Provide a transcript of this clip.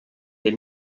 les